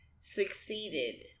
succeeded